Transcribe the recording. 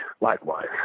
likewise